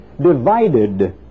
divided